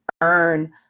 earn